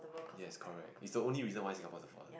yes correct is the only reason why Singapore is afforded